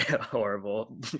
horrible